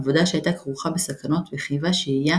עבודה שהייתה כרוכה בסכנות וחייבה שהייה